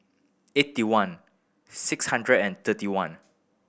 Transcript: eighty one six hundred and thirty one